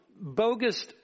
bogus